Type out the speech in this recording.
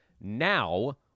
now